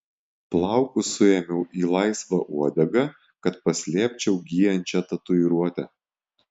plaukus suėmiau į laisvą uodegą kad paslėpčiau gyjančią tatuiruotę